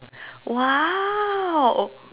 !wow!